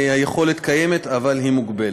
היכולת קיימת, אבל היא מוגבלת.